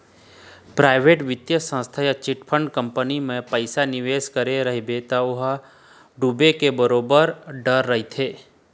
private बित्तीय संस्था या चिटफंड कंपनी मन म पइसा निवेस करे रहिबे त ओ ह डूबे के बरोबर डर रहिथे